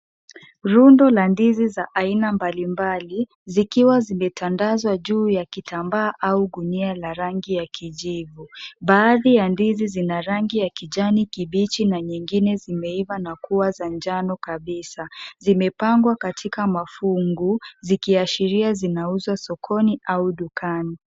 Rundo ya ndizi za aina mbali mbali, zikiwa zimetandazwa juu ya kitambaa au gunia ya rangi l a kijivu. Baadhi ya ndizi za ndizi zina rangi ya kijani kibichi na nyingine zimeiva na kuwa ya rangi njano kabisa. Simepangwa katika mafungu zikiashiria zinauzwa sokani au dukani.